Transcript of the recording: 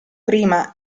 prima